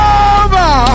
over